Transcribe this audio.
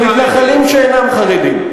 למתנחלים שאינם חרדים.